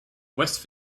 west